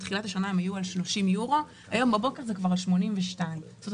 בתחילת השנה הם היו 30 יורו והיום בבוקר זה כבר 82. זאת אומרת,